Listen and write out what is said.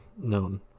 known